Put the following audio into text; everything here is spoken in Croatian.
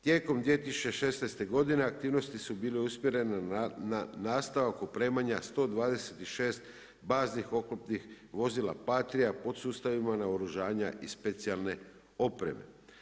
Tijekom 2016. godine aktivnosti su bile usmjerene na nastavak opremanja 126 baznih oklopnih vozila Patria podsustavima naoružanja i specijalne opreme.